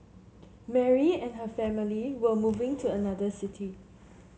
Mary and her family were moving to another city